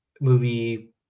movie